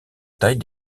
taille